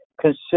consider